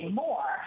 more